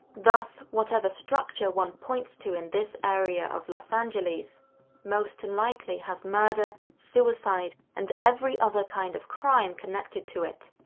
thus, whatever structure one points to in this area of los angeles most likely has murder, suicide and every other kind of crime connected to it.